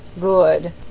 Good